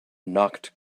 knocked